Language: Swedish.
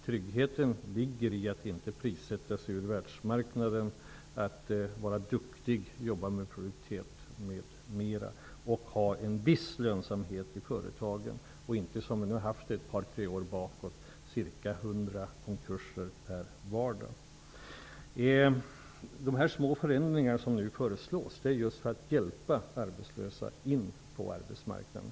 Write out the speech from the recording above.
Tryggheten ligger i att inte prissätta sig ur världsmarknaden, att vara duktig och jobba med produktiviteten osv. Det handlar om att ha en viss lönsamhet i företagen och inte, som vi nu har haft det sedan ett par tre år tillbaka, ca 100 konkurser per vardag. De små förändringar som nu föreslås är till för att hjälpa de arbetslösa in på arbetsmarknaden.